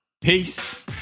Peace